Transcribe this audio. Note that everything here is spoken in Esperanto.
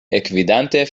ekvidante